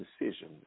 decision